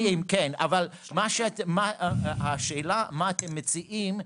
אבל השאלה מה אתם מציעים,